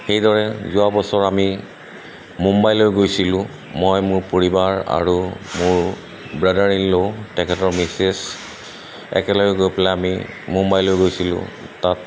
সেইদৰে যোৱা বছৰ আমি মুম্বাইলৈ গৈছিলোঁ মই মোৰ পৰিবাৰ আৰু মোৰ ব্ৰাদাৰ ইন ল' তেখেতৰ মিছেছ একেলগে গৈ পেলাই আমি মুম্বাইলৈ গৈছিলোঁ তাত